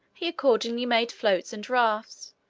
he accordingly made floats and rafts,